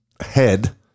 head